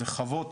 אלו חוות